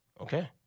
Okay